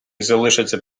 залишаться